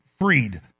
Freed